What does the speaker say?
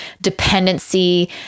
dependency